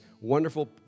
wonderful